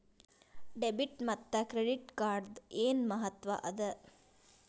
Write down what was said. Debit ಮತ್ತ credit ಕಾರ್ಡದ್ ಏನ್ ಮಹತ್ವ ಅದ?